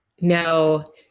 No